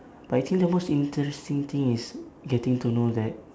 but I think the most interesting thing is getting to know that